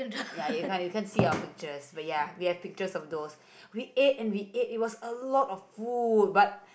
ya you can you can see our pictures but ya we have pictures of those we ate and we ate it was a lot of food but